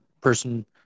person